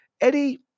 eddie